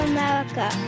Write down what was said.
America